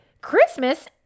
Christmas